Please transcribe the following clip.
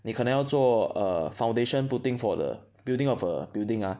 你可能要做 err foundation putting for the building of a building ah